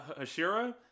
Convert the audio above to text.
Hashira